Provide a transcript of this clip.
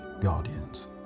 Guardians